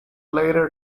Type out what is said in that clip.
later